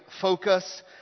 focus